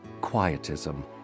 quietism